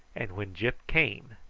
and when gyp came,